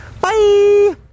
Bye